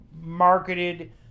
marketed